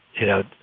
you know,